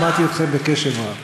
שמעתי אתכם בקשב רב.